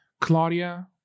Claudia